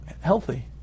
healthy